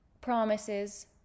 promises